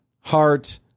heart